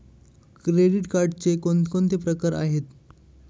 Credit कार्डचे कोणकोणते प्रकार आहेत?